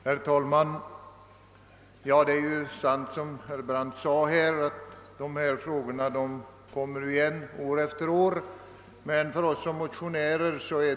Herr talman! Det är sant som herr Brandt sade att dessa frågor har behandlats många gånger.